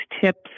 tips